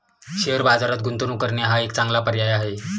share बाजारात गुंतवणूक करणे हा एक चांगला पर्याय आहे